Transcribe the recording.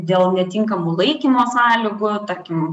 dėl netinkamų laikymo sąlygų tarkim